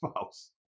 spouse